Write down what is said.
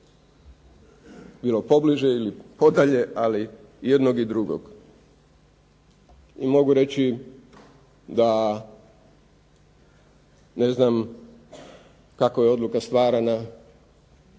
bilo pobliže ili podalje ali jednog i drugog. I mogu reći da ne znam kako je odluka stvarana,